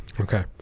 Okay